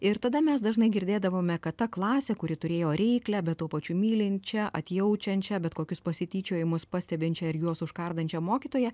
ir tada mes dažnai girdėdavome kad ta klasė kuri turėjo reiklią bet tuo pačiu mylinčią atjaučiančią bet kokius pasityčiojimus pastebinčią ir juos užkandančią mokytoją